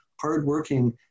hardworking